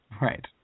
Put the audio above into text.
Right